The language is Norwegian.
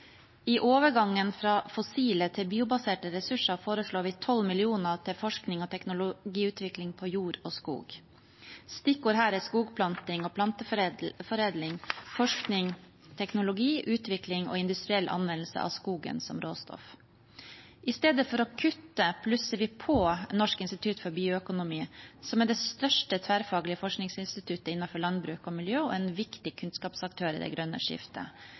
I overgangen fra fossile til biobaserte ressurser foreslår vi 12 mill. kr til forskning og teknologiutvikling på jord og skog. Stikkord her er skogplanting og planteforedling, forskning, teknologi, utvikling og industriell anvendelse av skogen som råstoff. Istedenfor å kutte plusser vi på til NIBIO, Norsk institutt for bioøkonomi, som er det største tverrfaglige forskningsinstituttet innenfor landbruk og miljø og en viktig kunnskapsaktør i det grønne skiftet.